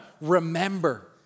remember